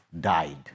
died